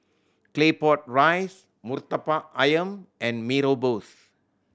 Claypot Rice Murtabak Ayam and Mee Rebus